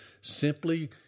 Simply